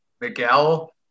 Miguel